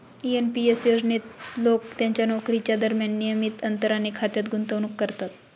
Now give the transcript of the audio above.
NP S योजनेत लोक त्यांच्या नोकरीच्या दरम्यान नियमित अंतराने खात्यात गुंतवणूक करतात